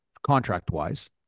contract-wise